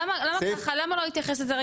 למה לא להתייחס לזה?